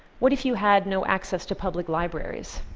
what if you had no access to public libraries?